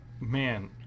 Man